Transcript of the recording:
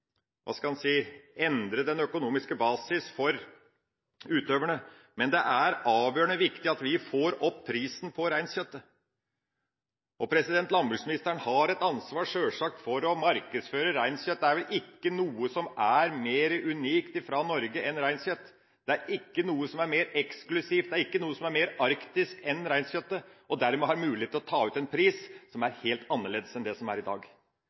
endre den økonomiske basis for utøverne. Men det er avgjørende viktig at vi får opp prisen på reinkjøttet. Landbruksministeren har sjølsagt et ansvar for å markedsføre reinkjøtt. Det er vel ikke noe som er mer unikt fra Norge enn reinkjøtt. Det er ikke noe som er mer eksklusivt, det er ikke noe som er mer arktisk enn reinkjøttet, og dermed har en mulighet til å ta ut en pris som er helt annerledes enn det den er i dag.